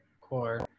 core